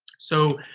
so,